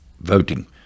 voting